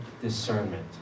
discernment